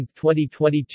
2022